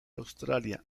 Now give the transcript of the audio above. australia